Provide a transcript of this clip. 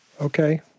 Okay